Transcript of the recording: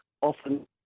often